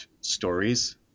stories